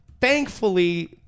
thankfully